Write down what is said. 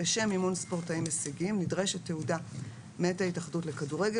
לשם אימון ספורטאים הישגיים נדרשת תעודה מאת ההתאחדות לכדורגל